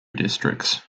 districts